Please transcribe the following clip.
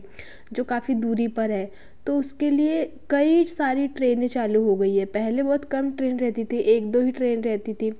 जो काफ़ी दूरी पर है तो उसके लिए कई सारी ट्रेने चालू हो गई हैं पहले बहुत कम ट्रेन रहती थीं एक दो ही ट्रेन रहती थीं